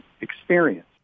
experience